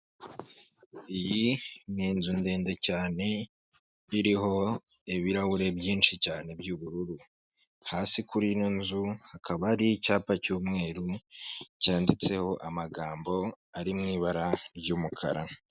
Iyi ni inzu ndende cyane iriho ibirahure byinshi cyane by'ubururu .Hasi kuri yo nzu hakaba hari icyapa cy'umweru cyanditseho amagambo ari mu ibara ry'umukara.